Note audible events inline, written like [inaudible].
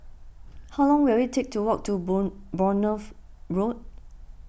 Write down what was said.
how long will it take to walk to [unintelligible] Bournemouth Road